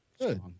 Good